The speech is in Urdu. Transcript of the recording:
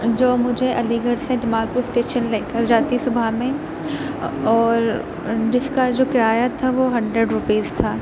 جو مجھے علی گڑھ سے جمال پور اسٹیشن لے کر جاتی صبح میں اور جس کا جو کرایہ تھا وہ ہنڈریڈ روپیز تھا